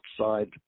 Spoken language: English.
outside